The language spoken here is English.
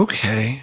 Okay